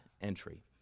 entry